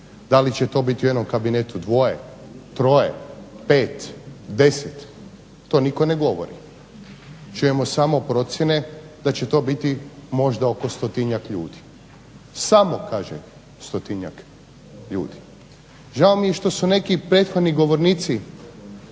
da li će to biti u jednom kabinetu dvoje, troje, pet, 10, to nitko ne govori. Čujemo samo procjene da će to biti oko stotinjak ljudi. Žao mi je što su neki prethodni govornici